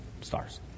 stars